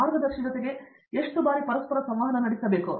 ಮಾರ್ಗದರ್ಶಿ ಜೊತೆಗೆ ಎಷ್ಟು ಬಾರಿ ಪರಸ್ಪರ ಸಂವಹನ ನಡೆಸುತ್ತಾರೆ